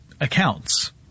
accounts